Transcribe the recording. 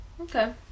Okay